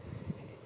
mm